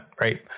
Right